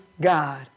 God